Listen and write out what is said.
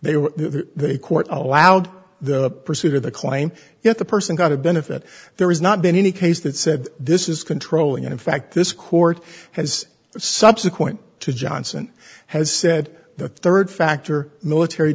were the court allowed the procedure the claim yet the person got a benefit there is not been any case that said this is controlling and in fact this court has subsequent to johnson has said the third factor military